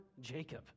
Jacob